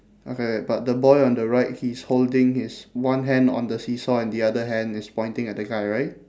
okay but the boy on the right he's holding his one hand on the seesaw and the other hand is pointing at the guy right